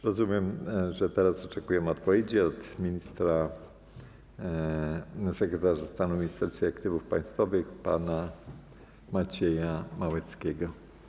Rozumiem, że teraz oczekujemy odpowiedzi od sekretarza stanu w Ministerstwie Aktywów Państwowych pana Macieja Małeckiego.